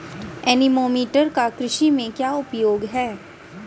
Anemometer का कृषि में क्या उपयोग है?